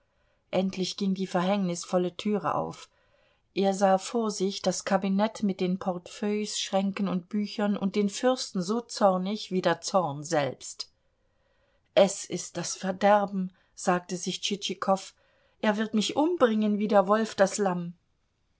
endlich ging die verhängnisvolle türe auf er sah vor sich das kabinett mit dem portefeuilles schränken und büchern und den fürsten so zornig wie der zorn selbst es ist das verderben sagte sich tschitschikow er wird mich umbringen wie der wolf das lamm